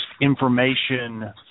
information